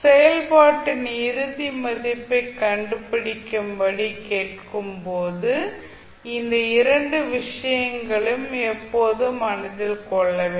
செயல்பாட்டின் இறுதி மதிப்பைக் கண்டுபிடிக்கும்படி கேட்கப்படும் போது இந்த இரண்டு விஷயங்களையும் எப்போதும் மனதில் கொள்ள வேண்டும்